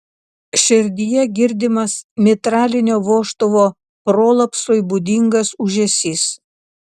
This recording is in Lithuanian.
širdyje girdimas mitralinio vožtuvo prolapsui būdingas ūžesys